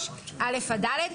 3א' עד ד'.